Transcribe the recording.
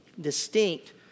Distinct